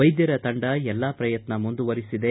ವೈದ್ಯರ ತಂಡ ಎಲ್ಲಾ ಪ್ರಯತ್ನ ಮುಂದುವರೆಸಿದೆ